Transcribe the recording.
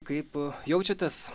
kaip jaučiatės